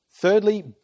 Thirdly